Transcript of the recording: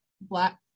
black